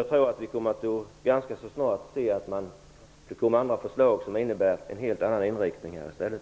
Jag tror att vi ganska snart kommer att se att det kommer andra förslag som innebär en helt annan inriktning här.